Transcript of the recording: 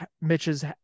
Mitch's